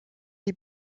les